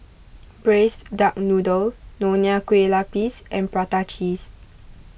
Braised Duck Noodle Nonya Kueh Lapis and Prata Cheese